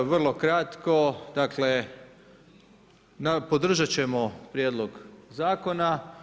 Vrlo kratko, dakle podržati ćemo Prijedlog zakona.